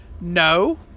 no